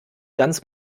ganz